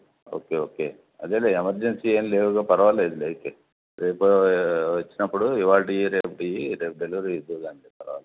okay okay అదేలే emergency ఏంలేవుగా పర్వలేదులే అయితే రేపు వచ్చినప్పుడు ఇవాల్టివి రేపటివి రేపు డెలివరీ ఇద్దువుగానిలే పర్వాలేదు